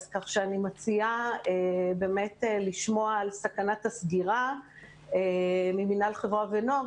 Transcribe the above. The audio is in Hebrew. כך שאני מציעה לשמוע על סכנת הסגירה ממינהל חברה ונוער.